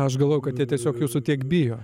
aš galvojau kad jie tiesiog jūsų tiek bijo